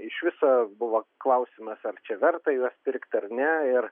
iš viso buvo klausimas ar čia verta juos pirkt ar ne ir